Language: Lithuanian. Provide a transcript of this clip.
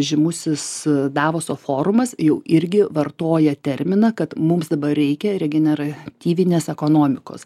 žymusis davoso forumas jau irgi vartoja terminą kad mums dabar reikia regenera tyvinės ekonomikos